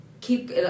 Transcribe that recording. keep